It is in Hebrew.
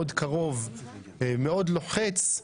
מאוד קרוב ולוחץ מאוד,